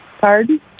Pardon